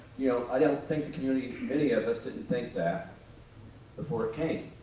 you know i don't think the community, many of us didn't think that before it came.